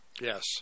Yes